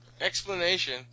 explanation